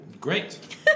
Great